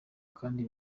kandi